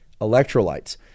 electrolytes